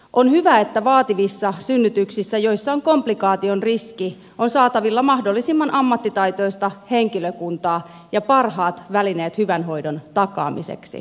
on hyvä että vaativissa synnytyksissä joissa on komplikaation riski on saatavilla mahdollisimman ammattitaitoista henkilökuntaa ja parhaat välineet hyvän hoidon takaamiseksi